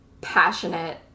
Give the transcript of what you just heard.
passionate